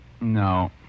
No